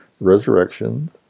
resurrection